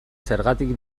zergatik